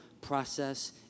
process